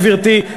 גברתי,